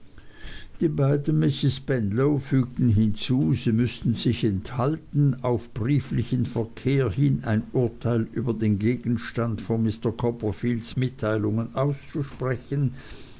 die beiden misses spenlow fügten hinzu sie müßten sich enthalten auf brieflichen verkehr hin ein urteil über den gegenstand von mr copperfields mitteilungen auszusprechen